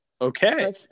Okay